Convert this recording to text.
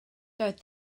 doedd